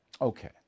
okay